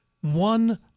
one